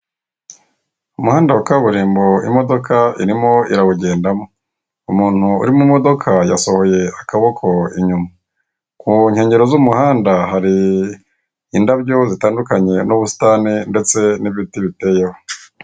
Umuhanda wa kaburimbo imodoka urimo imodoka irimo irabugendamo umuntu uri mu modoka yasohoye akaboka inyuma yo mu nkengero z'umuhanda hari indabyo zitandukanye n'ubusitani ndetse n'ibiti biteyemo.